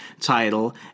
title